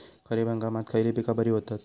खरीप हंगामात खयली पीका बरी होतत?